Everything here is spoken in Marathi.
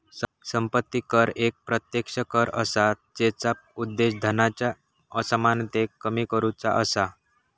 संपत्ती कर एक प्रत्यक्ष कर असा जेचा उद्देश धनाच्या असमानतेक कमी करुचा असा